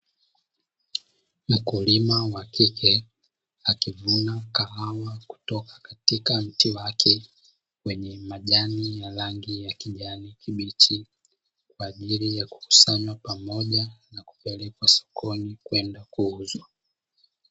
Mkulima wa kike akivuna kahawa, kutoka katika mti wake wenye majani ya rangi ya kijani kibichi, kwa ajili ya kukusanywa pamoja na kupelekwa sokoni kwenda kuuzwa.